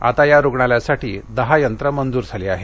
आता या रुग्णालयासाठी दहा यंत्रे मंजूर झाली आहेत